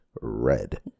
red